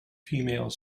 female